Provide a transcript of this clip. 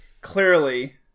Clearly